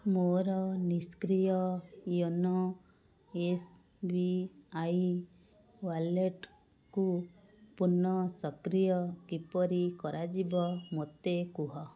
ମୋର ନିଷ୍କ୍ରିୟ YONO S B I ୱାଲେଟକୁ ପୁନଃସକ୍ରିୟ କିପରି କରାଯିବ ମୋତେ କୁହ